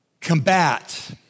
combat